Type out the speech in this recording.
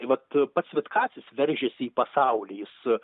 vat pats vitkacis veržėsi į pasaulį jis